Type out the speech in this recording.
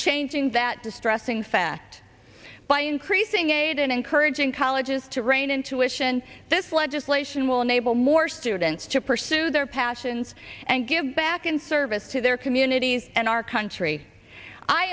changing that distressing fact by increasing aid and encouraging colleges to rein intuition this legislation will enable more students to pursue their passions and give back in service to their communities and our country i